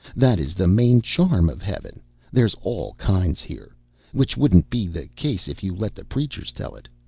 that is the main charm of heaven there's all kinds here which wouldn't be the case if you let the preachers tell it.